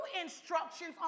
instructions